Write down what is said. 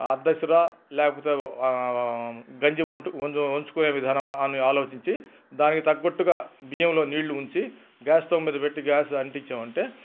అర్థసర లేకపోతే గంజి వంచు వంచుకొనే అనే విధానమా అని ఆలోచించి దానికి తగ్గట్టుగా బియ్యంలో నీళ్లు ఉంచి గ్యాస్ స్టవ్ మీద పెట్టి గ్యాస్ అంటించామంటే